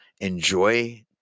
enjoy